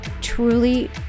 truly